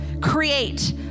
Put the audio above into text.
create